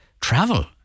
travel